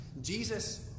Jesus